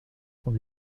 sont